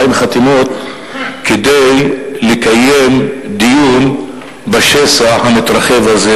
חתימות כדי לקיים דיון בשסע המתרחב הזה,